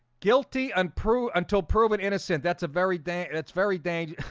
guilty and pru until proven innocent. that's a very day. and it's very dangerous.